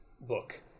book